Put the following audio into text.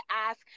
ask